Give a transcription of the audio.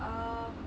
um